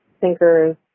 thinkers